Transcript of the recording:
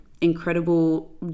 incredible